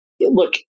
look